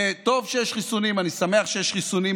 זה טוב שיש חיסונים, אני שמח שיש חיסונים.